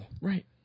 Right